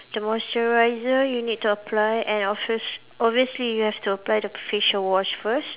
the moisturiser you need to apply and obvious~ obviously you have to apply the facial wash first